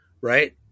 Right